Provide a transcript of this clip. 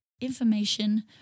information